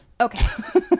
Okay